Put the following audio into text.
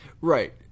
Right